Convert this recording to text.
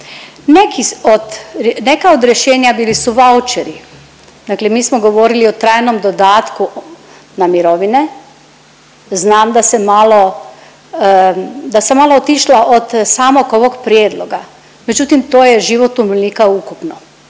neka od rješenja bili su vaucheri. Dakle mi smo govorili o trajnom dodatku na mirovine. Znam da sam malo, da sam malo otišla od samog ovog prijedloga međutim to je život umirovljenika ukupno